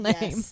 name